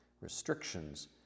restrictions